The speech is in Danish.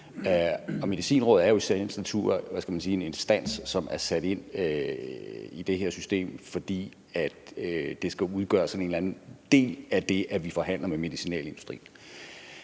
Medicinrådet er jo i sagens natur en instans, som er sat ind i det her system, fordi det skal udgøre sådan en eller anden del af det, at vi forhandler med medicinalindustrien.